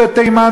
ובתימן,